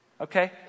Okay